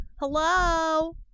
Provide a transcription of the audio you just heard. Hello